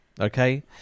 Okay